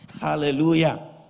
hallelujah